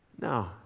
no